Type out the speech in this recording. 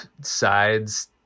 sides